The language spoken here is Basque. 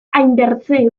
hainbertze